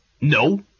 No